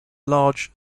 large